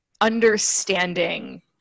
understanding